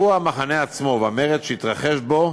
סיפור המחנה עצמו והמרד שהתרחש בו